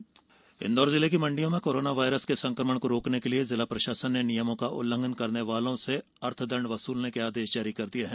अर्थदंड वसूली इंदौर जिले की मण्डियों में कोरोना वायरस के संक्रमण को रोकने के लिए जिला प्रशासन ने नियमों का उल्लंघन करने वालों से अर्थदंड वसूलने के आदेश जारी कर दिए हैं